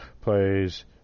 plays